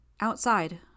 Outside